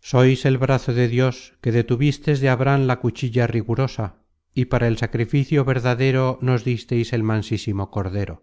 sois el brazo de dios que detuvistes de abrahan la cuchilla rigurosa y para el sacrificio verdadero nos distes el mansísimo cordero